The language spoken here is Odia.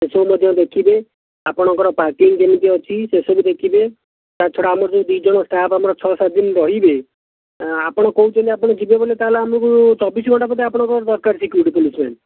ଏହିସବୁ ମଧ୍ୟ ଦେଖିବେ ଆପଣଙ୍କର ପାର୍କିଂ କେମିତି ଅଛି ସେସବୁ ଦେଖିବେ ତା'ଛଡ଼ା ଆମର ଯେଉଁ ଦୁଇ ଜଣ ଷ୍ଟାଫ୍ ଆମର ଛଅ ସାତ ଦିନ ରହିବେ ଆପଣ କହୁଛନ୍ତି ଆପଣ ଯିବେ ବୋଲି ତା'ହେଲେ ଆମକୁ ଚବିଶ ଘଣ୍ଟା ବୋଧେ ଆପଣଙ୍କର ଦରକାର ସିକ୍ୟୁରିଟି ପୋଲିସ୍ ଭ୍ୟାନ୍